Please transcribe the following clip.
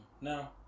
No